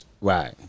Right